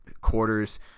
quarters